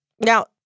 Now